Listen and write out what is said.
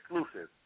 exclusive